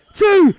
two